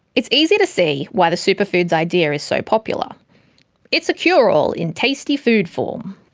it's easy to see why the superfoods idea is so popular it's a cure-all in tasty food form!